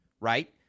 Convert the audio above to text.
right